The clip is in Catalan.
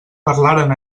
parlaren